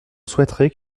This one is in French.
souhaiterais